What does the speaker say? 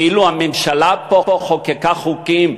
כאילו הממשלה פה חוקקה חוקים,